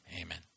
Amen